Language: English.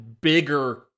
bigger